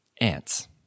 Ants